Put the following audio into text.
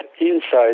inside